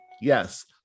Yes